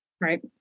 Right